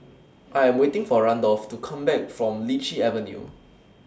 I Am waiting For Randolph to Come Back from Lichi Avenue